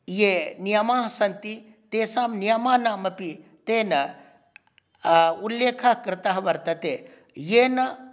ये नियमाः सन्ति तेषां नियमानामपि तेन उल्लेखः कृतः वर्तते येन